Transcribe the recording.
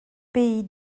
pays